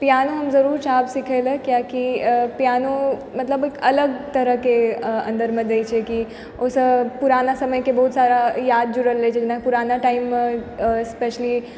piano हम जरूर चाहब सिखै लए किआकि पियानो मतलब एक अलग तरहके अन्दरमे दै छै कि ओ सब पुरना समयके बहुत सारा याद जुड़ल रहै छै जेना पुरना टाइममे स्पेशली